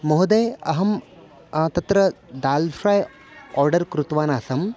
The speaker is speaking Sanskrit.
महोदय अहं तत्र दाल् फ़्राय् आर्डर् कृतवानासम्